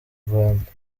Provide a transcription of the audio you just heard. rwanda